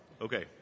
Okay